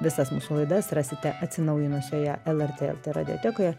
visas mūsų laidas rasite atsinaujinusioje lrt lt radiotekoje